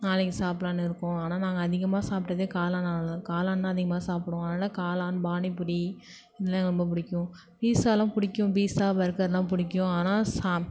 நாளைக்கு சாப்பிட்லாம்னு இருக்கோம் ஆனால் நாங்கள் அதிகமாக சாப்பிட்டதே காளானாக காளான் தான் அதிகமாக சாப்பிடுவோம் அதனால் காளான் பானிபூரி இதலாம் எனக்கு ரொம்ப பிடிக்கும் பீட்ஸாலாம் பிடிக்கும் பீஸா பர்கர்லாம் பிடிக்கும் ஆனால்